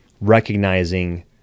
recognizing